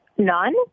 None